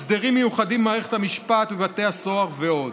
הסדרים מיוחדים במערכת המשפט ובבתי הסוהר ועוד.